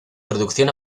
producción